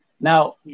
Now